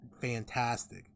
fantastic